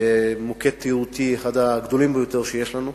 ומוקד תיירותי אחד הגדולים ביותר שיש לנו,